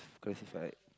Classified